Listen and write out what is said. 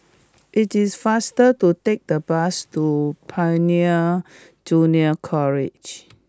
it is faster to take the bus to Pioneer Junior College